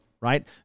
right